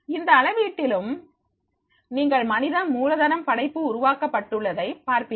இந்த அளவீட்டியலும் நீங்கள் மனித மூலதனம் படைப்பு உருவாக்கப்பட்டுள்ளதை பார்ப்பீர்கள்